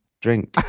drink